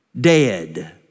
dead